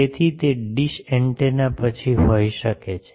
તેથી તે dish antenna પછી હોઈ શકો છો